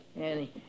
Annie